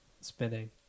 Spinning